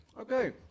Okay